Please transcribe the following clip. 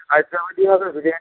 হায়দ্রাবাদি হবে বিরিয়ানি